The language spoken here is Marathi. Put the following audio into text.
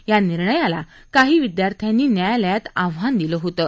त्या निर्णयाला काही विदयार्थ्यांनी न्यायालयात आव्हान दिलं होतं